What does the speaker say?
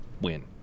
win